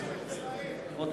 איפה יושב-ראש הכנסת?